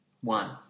One